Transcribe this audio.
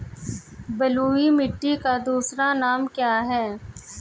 बलुई मिट्टी का दूसरा नाम क्या है?